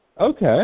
Okay